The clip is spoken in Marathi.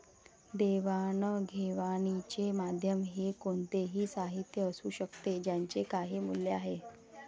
देवाणघेवाणीचे माध्यम हे कोणतेही साहित्य असू शकते ज्याचे काही मूल्य आहे